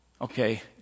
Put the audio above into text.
okay